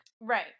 right